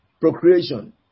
procreation